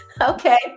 Okay